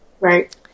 Right